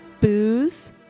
booze